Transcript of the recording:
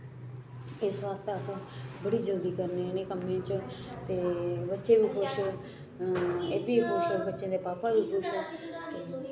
ते इस बास्तै अस बड़ी जल्दी जल्दी करने इ'नें कम्में च ते बच्चे बी खुश होंदे एह् बी खुश बच्चें दे पापा बी खुश